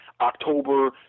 October